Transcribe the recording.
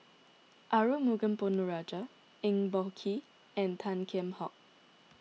Arumugam Ponnu Rajah Eng Boh Kee and Tan Kheam Hock